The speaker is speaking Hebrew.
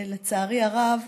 לצערי הרב,